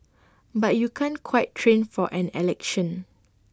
but you can't quite train for an election